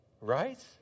Right